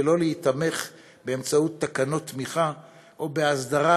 ולא להיתמך בתקנות תמיכה או בהסדרה